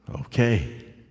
Okay